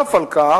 נוסף על כך,